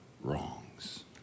wrongs